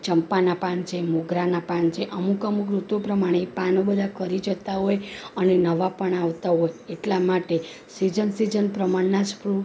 ચંપાના પાન છે મોગરાના પાન છે અમુક અમુક ઋતુ પ્રમાણે એ પાનો બધા ખરી જતાં હોય અને નવા પણ આવતા હોય એટલા માટે સિજન સિજન પ્રમાણના જ ફ્રુટ સિજન સિજન પ્રમાણના જ વાવવામાં આવે છે સિજન પ્રમાણે તમે વાવો તો કોઈ જાતની કોઈ તકલીફ કે કોઈ જાતનું કાંઈ રહેતું નથી